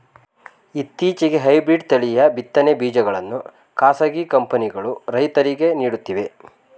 ಇತ್ತೀಚೆಗೆ ಹೈಬ್ರಿಡ್ ತಳಿಯ ಬಿತ್ತನೆ ಬೀಜಗಳನ್ನು ಖಾಸಗಿ ಕಂಪನಿಗಳು ರೈತರಿಗೆ ನೀಡುತ್ತಿವೆ